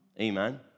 Amen